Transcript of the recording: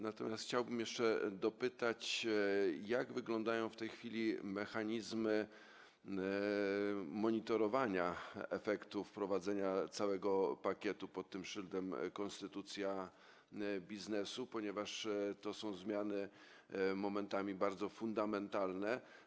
Natomiast chciałbym jeszcze dopytać, jak wyglądają w tej chwili mechanizmy monitorowania efektów wprowadzenia całego pakietu pod tym szyldem: konstytucja biznesu, ponieważ to są zmiany momentami fundamentalne.